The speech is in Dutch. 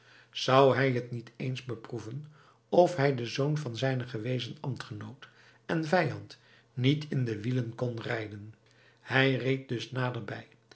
zou hij het niet eens beproeven of hij den zoon van zijn gewezen ambtgenoot en vijand niet in de wielen kon rijden hij reed dus nader bij